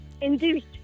Induced